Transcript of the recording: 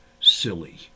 silly